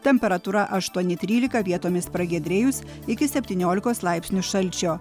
temperatūra aštuoni trylika vietomis pragiedrėjus iki septyniolikos laipsnių šalčio